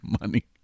money